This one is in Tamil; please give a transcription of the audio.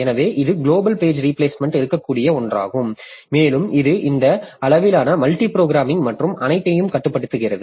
எனவே இது குளோபல் பேஜ் ரீபிளேஸ்மெண்ட் இருக்கக்கூடிய ஒன்றாகும் மேலும் இது இந்த அளவிலான மல்டி புரோகிராமிங் மற்றும் அனைத்தையும் கட்டுப்படுத்துகிறது